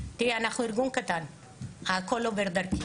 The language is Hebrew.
תראי, אנחנו ארגון קטן, הכול עובר דרכי.